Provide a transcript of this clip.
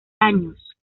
años